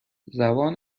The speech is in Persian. زبان